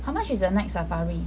how much is the night safari